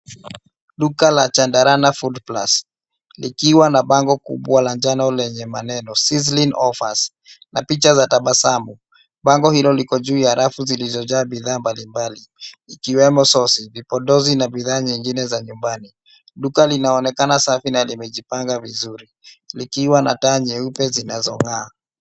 Duka la Chandrana Foodplus likiwa na bango kubwa la njano lenye maneno Sizzling Offers na picha za tabasamu. Bango hilo liko juu ya rafu zilizojaa bidhaa mbalimbali. Ikiwemo sosi, vipodozi na bidhaa nyingine za nyumbani. Duka linaonekana safi na limejipanga vizuri, likiwa na taa nyeupe zinazong'aa.